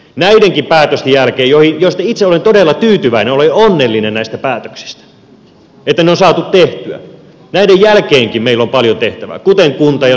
näidenkin päätösten jälkeen joista itse olen todella tyytyväinen olen onnellinen näistä päätöksistä että ne on saatu tehtyä näiden jälkeenkin meillä on paljon tehtävää kuten kunta ja sosiaali ja terveydenhuollon uudistus